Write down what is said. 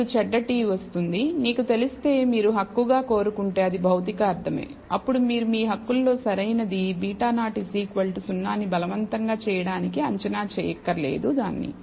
మీకు చెడ్డ t వస్తుంది నీకు తెలిస్తే మీరు హక్కుగా కోరుకుంటే అది భౌతిక అర్ధమే అప్పుడు మీరు మీ హక్కుల లో సరైనది β0 0 నీ బలవంతంగా చేయడానికి అంచనా చేయక్కర్లేదు దాని